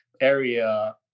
area